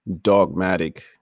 dogmatic